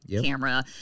camera